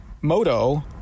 Moto